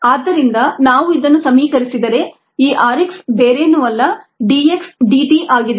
ಆದ್ದರಿಂದ ನಾವು ಇದನ್ನು ಸಮೀಕರಿಸಿದರೆ ಈ r x ಬೇರೇನೂ ಅಲ್ಲ d x dt ಆಗಿದೆ